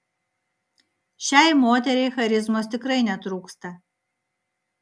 šiai moteriai charizmos tikrai netrūksta